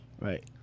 Right